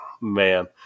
Man